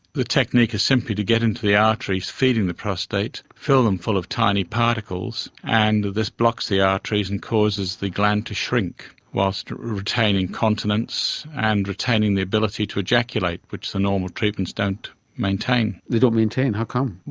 the technique is simply to get into the arteries arteries feeding the prostate, fill them full of tiny particles, and this blocks the arteries and causes the gland to shrink whilst retaining continence and retaining the ability to ejaculate, which the normal treatments don't maintain. they don't maintain? how come?